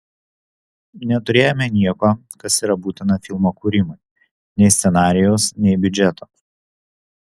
neturėjome nieko kas yra būtina filmo kūrimui nei scenarijaus nei biudžeto